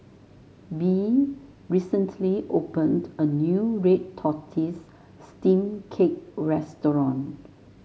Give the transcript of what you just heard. Bea recently opened a new Red Tortoise Steamed Cake restaurant